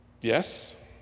yes